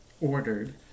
ordered